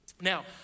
Now